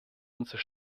unser